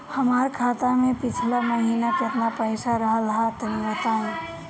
हमार खाता मे पिछला महीना केतना पईसा रहल ह तनि बताईं?